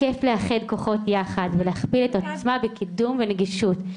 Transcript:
כיף לאחד כוחות יחד ולהכפיל את העוצמה בקידום הנגישות.